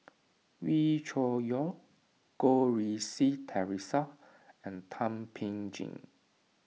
Wee Cho Yaw Goh Rui Si theresa and Thum Ping Tjin